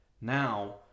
now